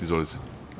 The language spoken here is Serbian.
Izvolite.